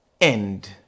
end